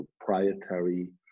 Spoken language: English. proprietary